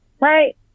right